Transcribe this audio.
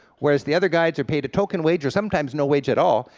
whereas the other guys are paid a token wage or sometimes no wage at all,